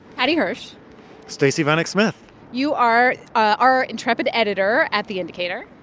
paddy hirsch stacey vanek smith you are our intrepid editor at the indicator,